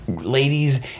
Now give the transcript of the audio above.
ladies